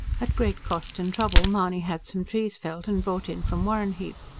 at great cost and trouble, mahony had some trees felled and brought in from warrenheip.